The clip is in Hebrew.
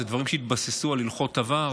אלה דברים שהתבססו על הלכות עבר,